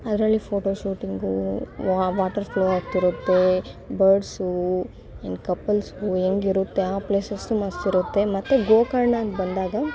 ಅದರಲ್ಲಿ photo shooting water flow ಆಗ್ತಿರುತ್ತೆ birds and ಕಪಲ್ಸ್ಗೂ ಹೆಂಗಿರುತ್ತೆ ಆ ಪ್ಲೇಸಸ್ಸು ಮಸ್ತಿರುತ್ತೆ ಮತ್ತೆ ಗೋಕರ್ಣಕ್ಕೆ ಬಂದಾಗ